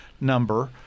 number